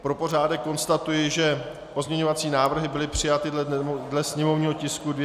Pro pořádek konstatuji, že pozměňovací návrhy byly přijaty podle sněmovního tisku 293/2.